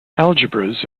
algebras